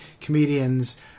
comedians